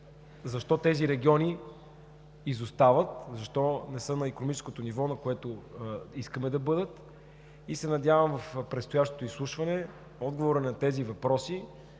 защо тези региони изостават, защо не са на икономическото ниво, на което искаме да бъдат. Надявам се в предстоящото изслушване отговорът на тези въпроси